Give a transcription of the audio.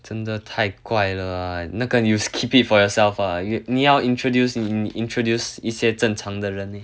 真的太怪了那个 you keep it for yourself lah 你你要 introduce 你你 introduce 一些正常的人 leh